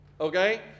Okay